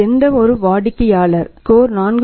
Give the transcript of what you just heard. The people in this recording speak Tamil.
எந்தவொரு வாடிக்கையாளர் ஸ்கோர் 4